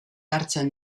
hartzen